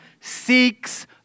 seeks